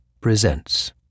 presents